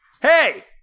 Hey